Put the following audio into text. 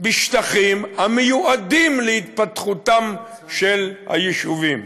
בשטחים המיועדים להתפתחותם של היישובים,